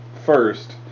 First